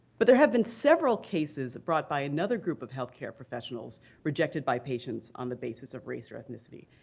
but there have been several cases brought by another group of health care professionals rejected by patients on the basis of race or ethnicity.